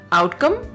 outcome